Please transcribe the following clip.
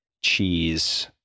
cheese